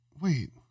wait